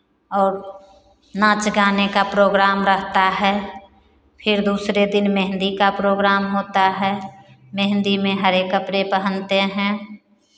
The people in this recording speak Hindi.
और नाच गाने का प्रोग्राम रहता है फिर दूसरे दिन मेहंदी का प्रोग्राम होता है मेहंदी में हरे कपड़े पहनते हैं